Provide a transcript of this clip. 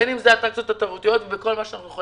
בין אם אלה האטרקציות התיירותיות ונסייע